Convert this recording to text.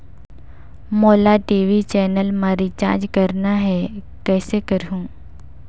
मोला TV channel मा recharge करना हे, कइसे करहुँ?